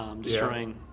destroying